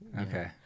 Okay